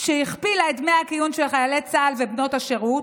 שהיא הכפילה את דמי הקיום של חיילי צה"ל וחיילות השירות,